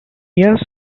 years